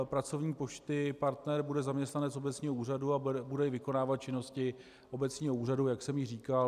Pracovník Pošty Partner bude zaměstnanec obecního úřadu a bude i vykonávat činnosti obecního úřadu, jak jsem již říkal.